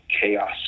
chaos